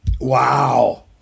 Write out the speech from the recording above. wow